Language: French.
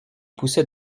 poussait